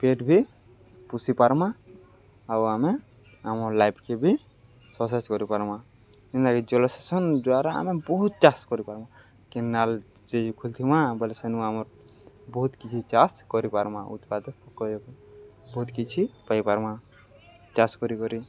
ପେଟ୍ ବି ପୋଷି ପାର୍ମା ଆଉ ଆମେ ଆମର୍ ଲାଇଫ୍କେ ବି ସକ୍ସେସ୍ କରିପାର୍ମା ଜେନ୍ଟାକି ଜଲ୍ସେଚନ୍ ଦ୍ଵାରା ଆମେ ବହୁତ୍ ଚାଷ୍ କରିପାର୍ମା କେନାଲ୍ଟେ ଖୁଲିଥମା ବେଲେ ସେନୁ ଆମର୍ ବହୁତ୍ କିଛି ଚାଷ୍ କରିପାର୍ମା ଉତ୍ପାଦ୍ କରି ବହୁତ୍ କିଛି ପାଇପାର୍ମା ଚାଷ୍ କରିିକରି